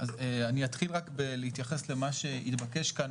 אני אתחיל בלהתייחס למה שהתבקש כאן,